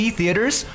Theaters